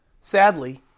Sadly